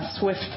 swift